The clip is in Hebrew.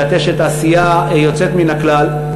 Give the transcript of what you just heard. ואת אשת עשייה יוצאת מן הכלל.